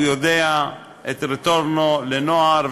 הוא מכיר את "רטורנו" לנוער,